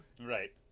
Right